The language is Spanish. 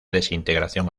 desintegración